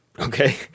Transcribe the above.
Okay